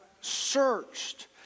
searched